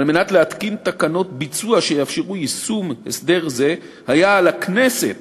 על מנת להתקין תקנות ביצוע שיאפשרו יישום הסדר זה היה על הכנסת